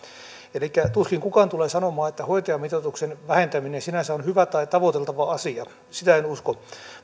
tuskin kukaan tulee sanomaan että hoitajamitoituksen vähentäminen sinänsä on hyvä tai tavoiteltava asia sitä en usko